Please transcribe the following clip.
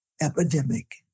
epidemic